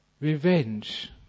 revenge